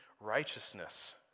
righteousness